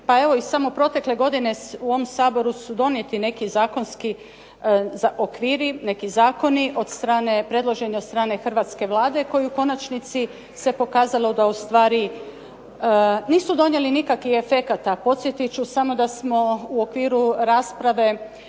pa evo i samo protekle godine u ovom Saboru su donijeti neki zakonski okviri, neki zakoni predloženi od strane hrvatske Vlade koji u konačnici se pokazalo da ustvari nisu donijeli nikakav efekt, a podsjetit ću samo da smo u okviru rasprave